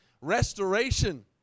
restoration